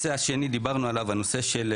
התחלנו את הדיון בזה שאמרו שצריך להיות מודל